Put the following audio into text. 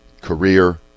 Career